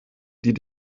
die